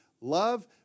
love